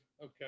okay